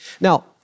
Now